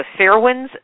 Fairwinds